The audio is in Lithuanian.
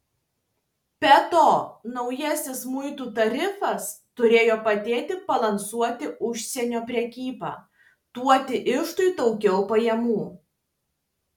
be to naujasis muitų tarifas turėjo padėti balansuoti užsienio prekybą duoti iždui daugiau pajamų